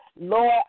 Lord